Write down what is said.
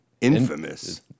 infamous